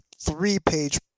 three-page